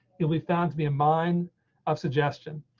you'll be found to be a mind of suggestion.